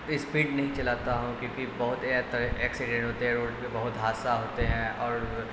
speed نہیں چلاتا ہوں کیونکہ بہت ایکسیڈینٹ ہوتے ہیں روڈ پہ بہت حاادثہ ہوتے ہیں اور